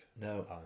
No